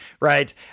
right